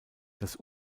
das